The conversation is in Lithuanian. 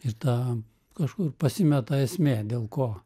ir ta kažkur pasimeta esmė dėl ko